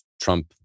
Trump